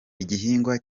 igihingwa